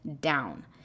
down